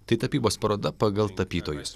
tai tapybos paroda pagal tapytojus